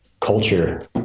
culture